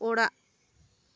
ᱚᱲᱟᱜ